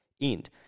end